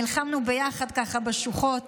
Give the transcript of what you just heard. נלחמנו יחד בשוחות